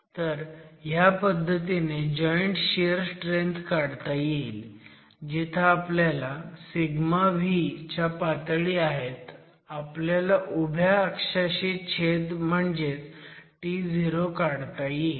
तर ह्या पद्धतीने जॉईंट शियर स्ट्रेंथ काढता येईल जिथं आपल्याकडे v च्या पातळी आहेत आपल्याला उभ्या अक्षाशी छेद म्हणजेच To काढता येईल